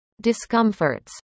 discomforts